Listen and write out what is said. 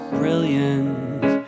brilliant